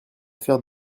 faire